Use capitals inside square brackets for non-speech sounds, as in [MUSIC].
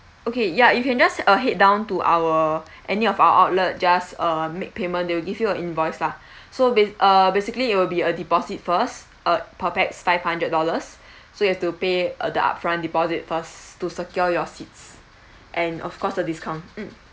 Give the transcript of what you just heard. okay ya you can just uh head down to our any of our outlet just uh make payment they will give you a invoice lah [BREATH] so ba~ err basically it will be a deposit first uh per pax five hundred dollars [BREATH] so you have to pay uh the upfront deposit first to secure your seats and of course the discount mm